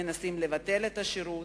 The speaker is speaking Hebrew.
מנסים לבטל את השירות,